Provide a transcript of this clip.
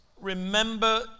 remember